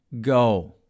go